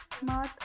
smart